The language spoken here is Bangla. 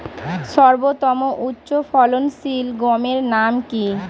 সর্বতম উচ্চ ফলনশীল গমের নাম কি?